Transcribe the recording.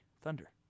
Thunder